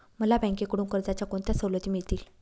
मला बँकेकडून कर्जाच्या कोणत्या सवलती मिळतील?